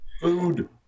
Food